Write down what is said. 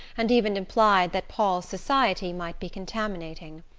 and even implied that paul's society might be contaminating.